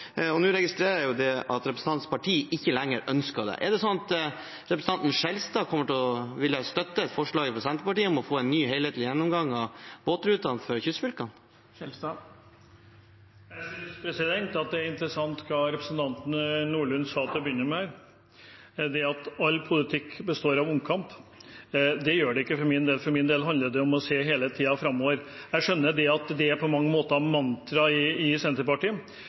Nå registrerer jeg at representantens parti ikke lenger ønsker det. Er det sånn at representanten Skjelstad kommer til å støtte et forslag fra Senterpartiet om å få en ny, helhetlig gjennomgang av båtrutene for kystfylkene? Jeg synes det er interessant, det representanten Nordlund sa til å begynne med her, at all politikk består av omkamp. Det gjør det ikke for min del. For min del handler det om hele tiden å se framover. Men jeg skjønner at det på mange måter er mantraet i Senterpartiet.